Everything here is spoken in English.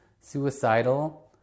suicidal